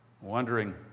wondering